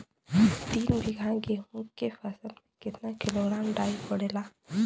तीन बिघा गेहूँ के फसल मे कितना किलोग्राम डाई पड़ेला?